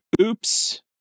oops